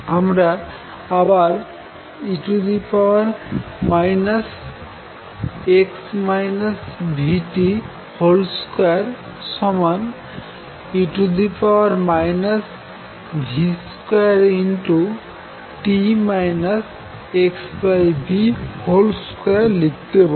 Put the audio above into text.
আমরা আবার e 2 e v2t x v2 লিখতে পারি